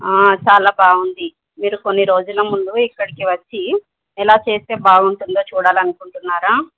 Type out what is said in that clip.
చాలా బాగుంది మీరు కొన్ని రోజుల ముందు ఇక్కడికి వచ్చి ఎలా చేస్తే బాగుంటుందో చూడాలి అనుకుంటున్నారా